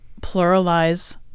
pluralize